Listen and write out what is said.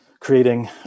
creating